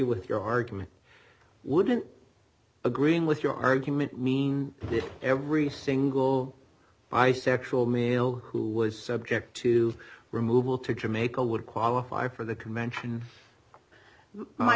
with your argument wouldn't agreeing with your argument mean that every single bisexual meal who was subject to removal to jamaica would qualify for the convention my